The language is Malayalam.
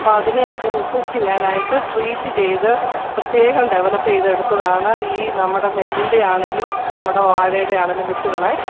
അപ്പോള് അതിനെയൊക്കെ റെസിസ്സ്റ്റ് ചെയ്യാനായിട്ട് ട്രീറ്റ് ചെയ്ത് പ്രത്യേകം ഡെവലെപ്പ് ചെയ്തെടുത്തതാണ് ഈ നമ്മുടെ നെല്ലിൻറ്റേതാണെങ്കിലും നമ്മുടെ വാഴയുടേതാണെങ്കിലും വിത്തുകള്